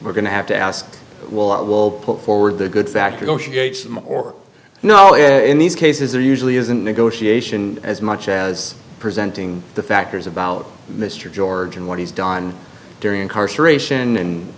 we're going to have i ask well i will put forward the good factor notion gates or no in these cases there usually isn't negotiation as much as presenting the factors about mr george and what he's done during incarceration and